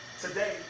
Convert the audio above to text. today